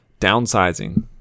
Downsizing